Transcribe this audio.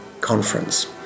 conference